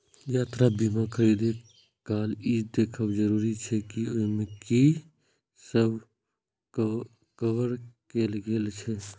यात्रा बीमा खरीदै काल ई देखब जरूरी अछि जे ओइ मे की सब कवर कैल गेल छै